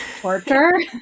torture